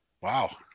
Wow